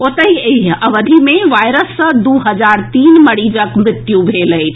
ओतहि एहि अवधि मे वायरस सॅ दू हजार तीन मरीजक मृत्यु भेल अछि